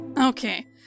Okay